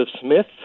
Smith